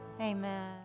amen